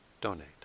donate